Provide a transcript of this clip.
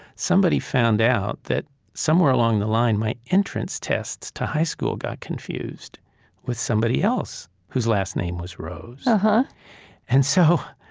somebody found out that somewhere along the line my entrance tests to high school got confused with somebody else whose last name was rose but and so,